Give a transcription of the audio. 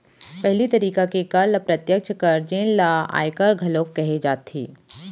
पहिली तरिका के कर ल प्रत्यक्छ कर जेन ल आयकर घलोक कहे जाथे